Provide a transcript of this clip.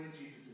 Jesus